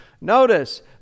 Notice